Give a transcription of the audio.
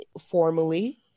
formally